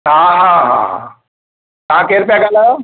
हा हा हा तव्हां केरु पिया ॻाल्हायो